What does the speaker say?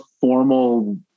formal